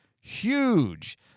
huge